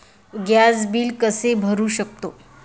Gas bill कसे भरू शकतो?